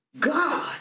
God